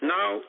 Now